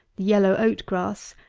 yellow oat-grass,